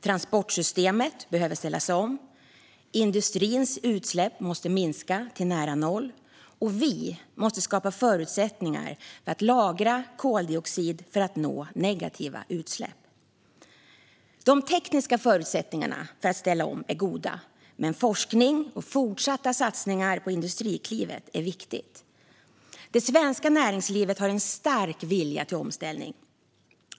Transportsystemet behöver ställas om, industrins utsläpp måste minska till nära noll och vi måste skapa förutsättningar för att lagra koldioxid för att nå negativa utsläpp. De tekniska förutsättningarna för att ställa om är goda, men forskning och fortsatta satsningar på Industriklivet är viktigt. Det svenska näringslivet har en stark vilja till omställning.